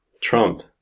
Trump